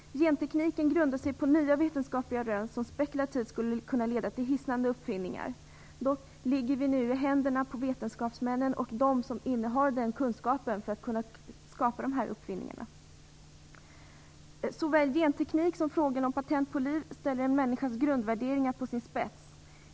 Gentekniken grundar sig på nya vetenskapliga rön som spekulativt skulle kunna leda till hisnande uppfinningar. Dock ligger de nu i händerna på vetenskapsmännen och de som innehar kunskapen för att kunna skapa dessa uppfinningar. Såväl genteknik som patent på liv ställer en människas grundvärderingar på sin spets.